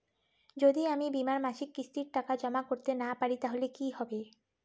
যদি আমি বীমার মাসিক কিস্তির টাকা জমা করতে না পারি তাহলে কি হবে?